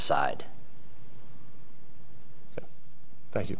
side thank you